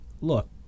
look